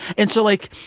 and so like,